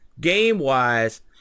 game-wise